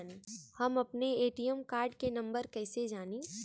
हम अपने ATM card के नंबर कइसे जानी?